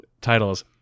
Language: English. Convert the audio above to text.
Titles